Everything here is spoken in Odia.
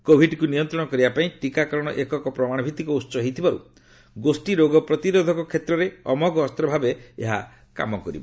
କୋଭିଡ୍କୁ ନିୟନ୍ତ୍ରଣ କରିବା ପାଇଁ ଟିକାକରଣ ଏକକ ପ୍ରମାଣଭିତ୍ତିକ ଉସ ହୋଇଥିବାରୁ ଗୋଷୀ ରୋଗ ପ୍ରତିରୋଧକ କ୍ଷେତ୍ରରେ ଅମୋଘ ଅସ୍ତ୍ର ଭାବେ କାମ କରିବ